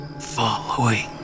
following